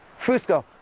Fusco